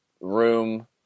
room